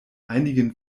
einigen